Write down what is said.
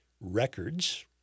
records